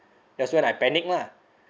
that's when I panic lah